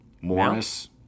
Morris